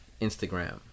Instagram